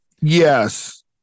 Yes